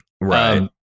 right